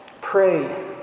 Pray